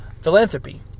Philanthropy